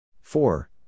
Four